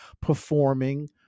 performing